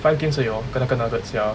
five games 而已 hor 跟那个 nuggets ya